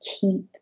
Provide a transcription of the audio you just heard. keep